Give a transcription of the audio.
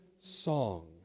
song